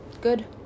Good